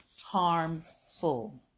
harmful